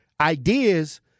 ideas